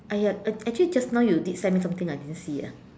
!aiya! actually just now you did sent me something I didn't see ah